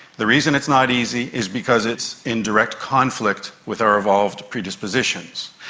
the reason it's not easy is because it's in direct conflict with our evolved predispositions.